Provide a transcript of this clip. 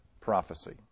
prophecy